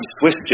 Swiss